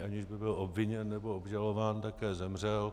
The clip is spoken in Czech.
Aniž by byl obviněn nebo obžalován, také zemřel.